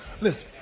Listen